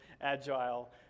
agile